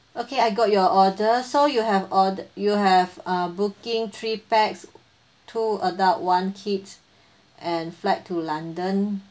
okay I got your order so you have or~ you have uh booking three pax two adult one kid and flight to london